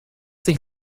sich